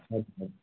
हजुर हजुर